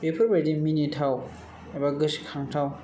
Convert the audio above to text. बेफोरबायदि मिनिथाव एबा गोसोखांथाव